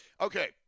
Okay